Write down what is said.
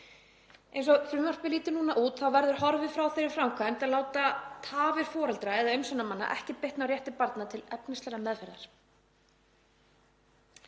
Eins og frumvarpið lítur út verður horfið frá þeirri framkvæmd að láta tafir foreldra eða umsjónarmanna ekki bitna á rétti barna til efnislegrar meðferðar.